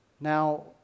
Now